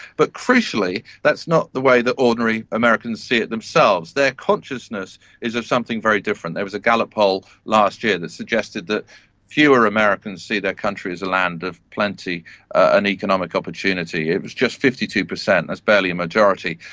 but crucially that's not the way that ordinary americans see it themselves. their consciousness is of something very different. there was a gallup poll last year that suggested that fewer americans see their country as a land of plenty and economic opportunity, it was just fifty two percent, that's barely a majority,